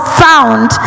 found